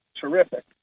terrific